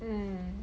mm